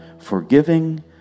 forgiving